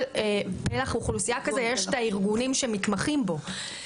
פלח אוכלוסיה כזה יש את הארגונים שמתמחים בו.